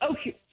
Okay